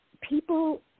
people